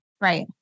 Right